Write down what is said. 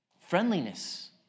friendliness